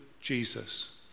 Jesus